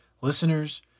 listeners